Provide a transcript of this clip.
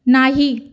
नाही